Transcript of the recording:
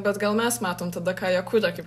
bet gal mes matom tada ką jie kuria kaip